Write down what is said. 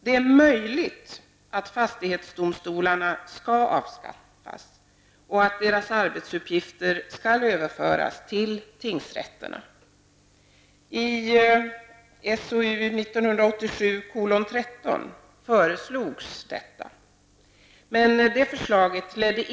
Det är möjligt att fastighetsdomstolarna skall avskaffas och att deras arbetsuppgifter skall överföras till tingsrätterna.